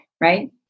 right